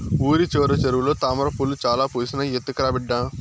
ఊరి చివర చెరువులో తామ్రపూలు చాలా పూసినాయి, ఎత్తకరా బిడ్డా